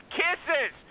kisses